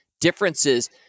differences